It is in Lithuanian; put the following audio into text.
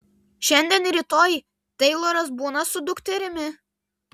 šiandien ir rytoj teiloras būna su dukterimi